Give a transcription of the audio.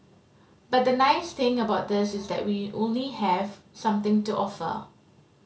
but the nice thing about this is that we only have something to offer